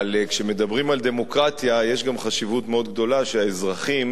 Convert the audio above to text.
אבל כשמדברים על דמוקרטיה יש גם חשיבות מאוד גדולה שהאזרחים